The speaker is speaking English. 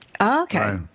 Okay